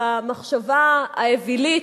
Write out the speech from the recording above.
במחשבה האווילית,